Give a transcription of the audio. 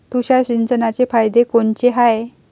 तुषार सिंचनाचे फायदे कोनचे हाये?